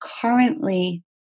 currently